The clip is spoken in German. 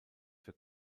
für